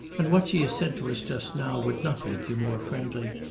and what she has said to us just now would not make you more friendly.